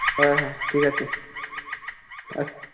হ্যাঁ হ্যাঁ ঠিক আছে আচ্ছা